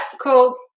cool